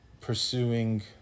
pursuing